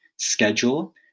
schedule